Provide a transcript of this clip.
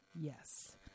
Yes